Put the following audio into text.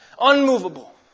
Unmovable